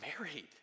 married